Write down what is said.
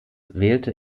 wählte